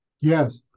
Yes